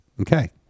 Okay